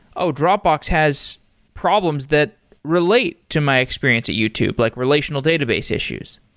oh, dropbox has problems that relate to my experience at youtube, like relational database issues.